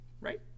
Right